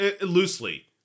Loosely